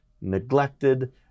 neglected